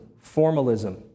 formalism